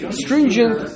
stringent